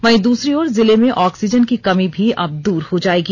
वहीं दूसरी ओर जिले में ऑक्सीजन की कमी भी अब दूर हो जाएगी